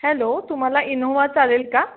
hello तुम्हाला Innova चालेल का